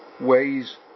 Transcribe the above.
ways